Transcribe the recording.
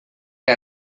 que